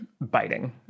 biting